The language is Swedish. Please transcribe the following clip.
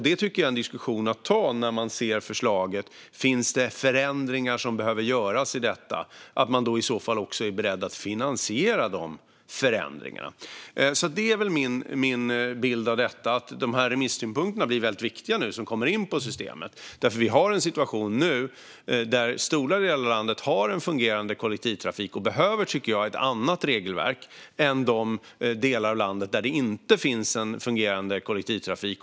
Det tycker jag är en diskussion man kan ha när man ser förslaget, då man kan se på om det finns förändringar som behöver göras. Är man också då beredd att finansiera dessa förändringar? Det här var min bild av detta. De remissynpunkter på systemet som nu kommit in blir väldigt viktiga. Nu har stora delar av landet en fungerande kollektivtrafik, och där behöver man ett annat regelverk än man behöver i de delar där det inte finns en fungerande kollektivtrafik.